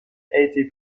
été